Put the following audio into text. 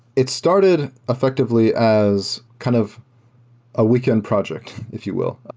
it started effectively as kind of a weekend project, if you will.